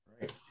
Right